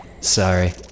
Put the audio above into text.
Sorry